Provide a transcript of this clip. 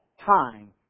time